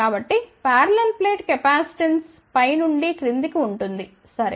కాబట్టి parallel plate capacitance పై నుండి క్రింది కి ఉంటుంది సరే